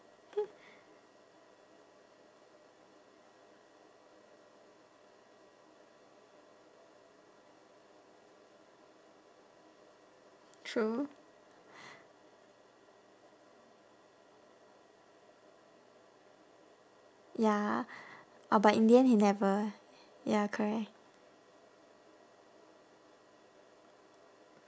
true ya oh but in the end he never ya correct